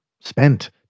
spent